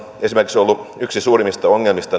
esimerkiksi ollut yksi suurimmista ongelmista